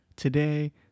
today